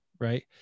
Right